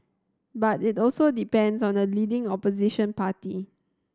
but it also depends on the leading Opposition party